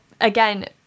again